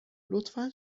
لطفا